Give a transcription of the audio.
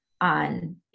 on